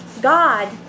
God